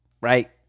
right